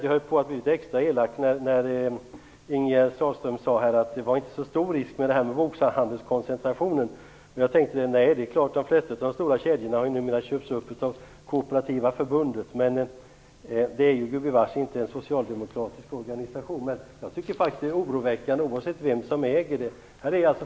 Jag höll på att bli litet extra elak när Ingegerd Sahlström sade att det inte var så stor risk med bokhandelskoncentrationen. Jag tänkte då: Nej, de flesta av de stora kedjorna har ju numera köpts upp av Kooperativa Förbundet. Det är gubevars inte en socialdemokratisk organisation, men jag tycker faktiskt att det är oroväckande oavsett vem som är ägaren.